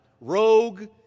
rogue